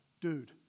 dude